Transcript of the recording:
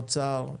אוצר,